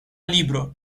libro